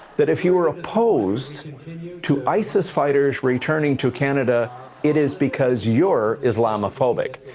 that if you are opposed to isis fighters returning to canada it is because your islamophobic.